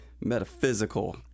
Metaphysical